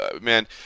man